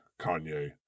Kanye